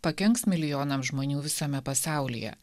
pakenks milijonams žmonių visame pasaulyje